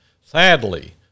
Sadly